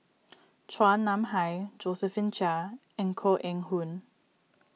Chua Nam Hai Josephine Chia and Koh Eng Hoon